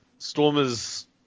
Stormers